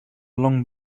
long